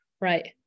right